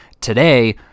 today